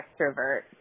extrovert